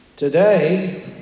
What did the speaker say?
Today